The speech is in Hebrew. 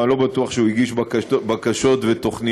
אבל אני לא בטוח שהוא הגיש בקשות ותוכניות